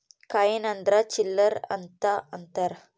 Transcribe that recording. coin ಅಂದ್ರ ಚಿಲ್ಲರ್ ಅಂತ ಅಂತಾರ